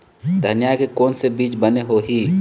धनिया के कोन से बीज बने होही?